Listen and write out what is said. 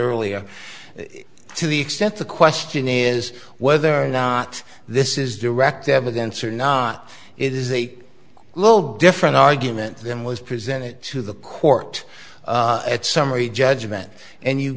earlier to the extent the question is whether or not this is direct evidence or not it is a little different argument than was presented to the court at summary judgment and you